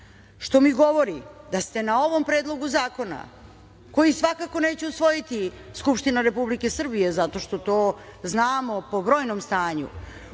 što mi govori da ste na ovom predlogu zakona, koji svakako neće usvojiti Skupština Republike Srbije, zato što to znamo po brojnom stanju,